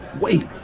wait